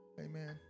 amen